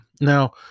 Now